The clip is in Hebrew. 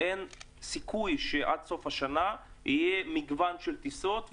אין סיכוי שעד סוף השנה יהיה מגוון טיסות,